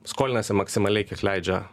skolinasi maksimaliai kiek leidžia